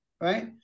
Right